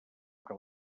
que